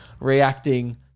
reacting